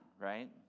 right